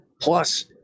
Plus